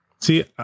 See